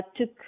took